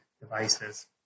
devices